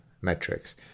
metrics